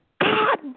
God